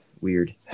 weird